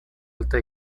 alta